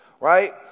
right